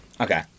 Okay